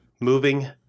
moving